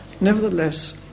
nevertheless